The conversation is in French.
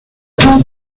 cent